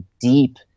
deep